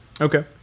Okay